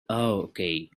okay